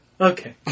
Okay